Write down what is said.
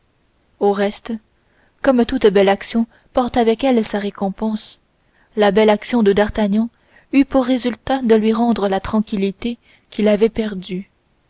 au reste comme toute belle action porte avec elle sa récompense la belle action de d'artagnan eut pour résultat de lui rendre la tranquillité qu'il avait perdue